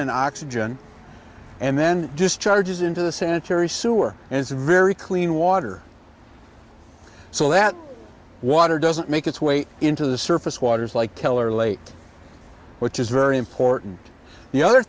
and oxygen and then discharges into the sanitary sewer and it's very clean water so that water doesn't make its way into the surface waters like keller lake which is very important the other